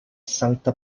sankta